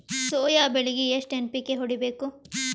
Soya ಬೆಳಿಗಿ ಎಷ್ಟು NPK ಹೊಡಿಬೇಕು?